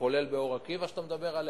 כולל באור-עקיבא שאתה מדבר עליה.